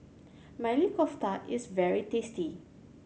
Maili Kofta is very tasty